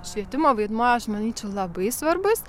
švietimo vaidmuo aš manyčiau labai svarbus